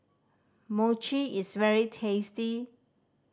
Mochi is very tasty